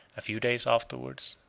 a few days afterwards,